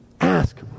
ask